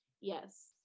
Yes